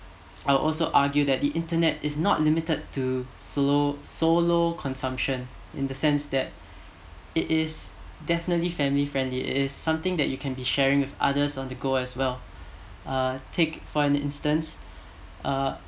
I'll also argue that the internet is not limited to solo solo consumption in the sense that it is definitely family friendly it is something that you can be sharing with others on the go as well uh take for instance uh